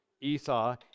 Esau